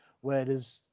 whereas